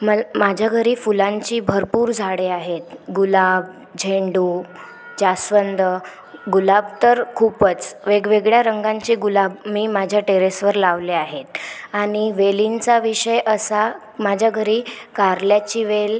मल् माझ्या घरी फुलांची भरपूर झाडे आहेत गुलाब झेंडू जास्वंद गुलाब तर खूपच वेगवेगळ्या रंगांचे गुलाब मी माझ्या टेरेसवर लावले आहेत आणि वेलींचा विषय असा माझ्या घरी कारल्याची वेल